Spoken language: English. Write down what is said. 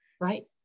Right